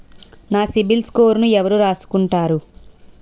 నా సిబిల్ స్కోరును ఎవరు రాసుకుంటారు